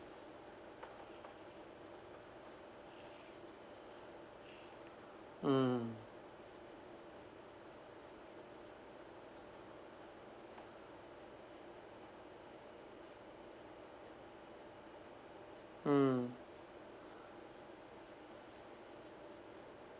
mm mm